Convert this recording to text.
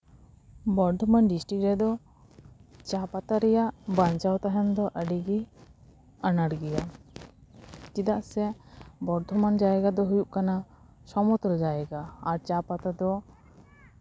Bardhaman district ᱨᱮᱫᱚ ᱪᱟ ᱯᱟᱛᱟ ᱨᱮᱭᱟᱜ ᱵᱟᱧᱪᱟᱣ ᱛᱟᱦᱮᱱ ᱫᱚ ᱟᱹᱰᱤᱜᱮ ᱟᱱᱟᱴ ᱜᱮᱭᱟ ᱪᱮᱫᱟᱜ ᱥᱮ ᱵᱚᱨᱫᱷᱚᱢᱟᱱ ᱡᱟᱭᱜᱟ ᱫᱚ ᱦᱩᱭᱩᱜ ᱠᱟᱱᱟ ᱥᱚᱢᱚᱛᱚᱞ ᱡᱟᱭᱜᱟ ᱟᱨ ᱪᱟ ᱯᱟᱛᱟ ᱫᱚ